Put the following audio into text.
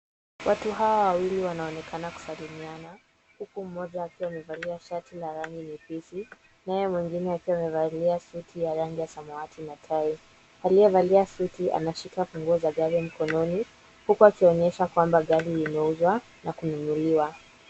Watu hawa wawili wanaonekana kusalimiana huku mmoja akiwa amevalia shati la rangi nyepesi naye mwingine akiwa amevalia suti ya rangi ya samawati na tai. Aliyevalia suti anashika funguo za gari mkononi huku akionyesha kwamba gari linauzwa na kununuliwa.